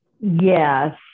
Yes